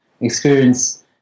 experience